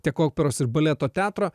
tiek operos ir baleto teatro